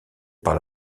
par